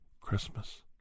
Christmas